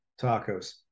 Tacos